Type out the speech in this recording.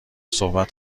صحبت